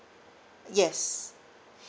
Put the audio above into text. yes